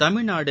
Tamil Nadu